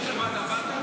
לדיונים של הוועדה באת?